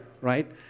right